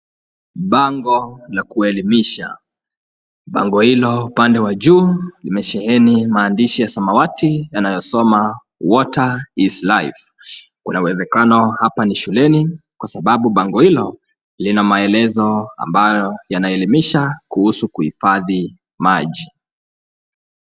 Bango la kuelemisha. Bango hilo upande wa juu umesheheni maandishi ya samawati yanayosoma water is life. Kuna uwezekano hapa ni shuleni kwa sababu bango hilo lina maelezo ambayo yanaelemisha kuhusu kuhifadhi maji.